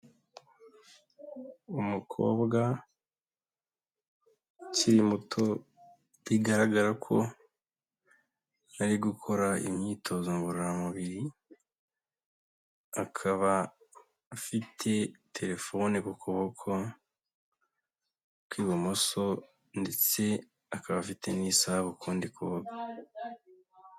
Umukobwa ukiri muto bigaragara ko ari gukora imyitozo ngororamubiri, akaba afite telefone ku kuboko kw'ibumoso ndetse akaba afite n'isaha ukundi kuboko.